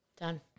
Done